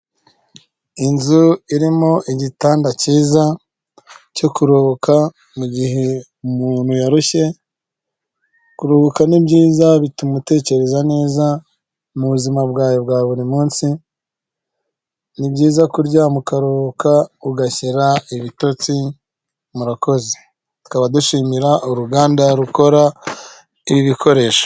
Inzu irimo igitanda cyiza, cyo kuruhuka mu gihe umuntu yarushye, kuruhuka ni byiza bituma utekereza neza muzima bwawe bwa buri munsi, ni byiza kuryama ukahuka ugashira ibitotsi murakoze. Tukaba dushimira uruganda rukora ibi ibikoresho.